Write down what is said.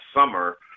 summer